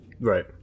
Right